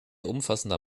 umfassender